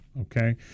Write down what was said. Okay